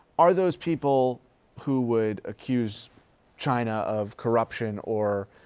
are those people who would accuse china of corruption or,